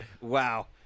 Wow